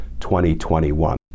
2021